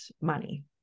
money